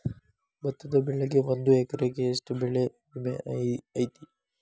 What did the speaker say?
ಭತ್ತದ ಬೆಳಿಗೆ ಒಂದು ಎಕರೆಗೆ ಎಷ್ಟ ಬೆಳೆ ವಿಮೆ ಐತಿ?